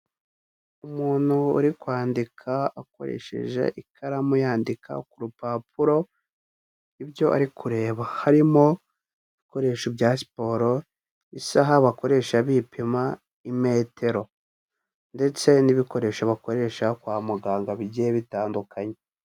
Umuntu uri kwandika akoresheje ikaramu yandika ku rupapuro ibyo ari kureba, harimo ibikoresho bya siporo, isaha bakoresha bipima imetero ndetse n'ibikoresho bakoresha kwa muganga bigiye bitandukanye.